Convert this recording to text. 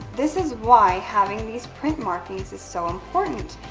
this is why having these print markings is so important,